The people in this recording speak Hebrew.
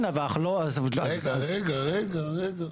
כן, אבל אנחנו לא --- רגע, רגע, רגע.